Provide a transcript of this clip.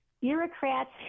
bureaucrats